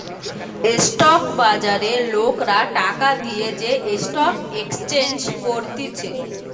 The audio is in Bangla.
স্টক বাজারে লোকরা টাকা দিয়ে যে স্টক এক্সচেঞ্জ করতিছে